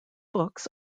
books